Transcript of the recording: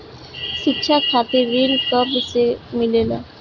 शिक्षा खातिर ऋण कब से मिलेला?